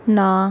ਨਾ